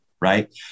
Right